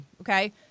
Okay